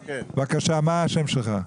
בבקשה, מה השם שלך?